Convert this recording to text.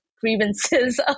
grievances